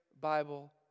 Bible